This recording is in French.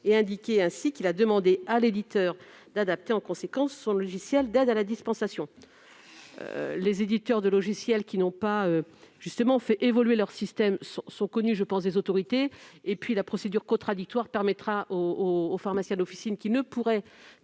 et indiquer ainsi qu'il a demandé à l'éditeur d'adapter en conséquence son logiciel d'aide à la dispensation. Je pense que les éditeurs de logiciels n'ayant pas fait évoluer leur système sont connus des autorités. Et la procédure contradictoire permettra aux pharmaciens d'officine qui ne pourraient